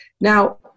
Now